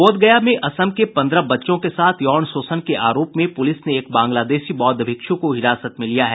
बोधगया में असम के पन्द्रह बच्चों के साथ यौन शोषण के आरोप में पूलिस ने एक बंगलादेशी बोद्ध भिक्षु को हिरासत में लिया है